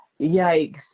yikes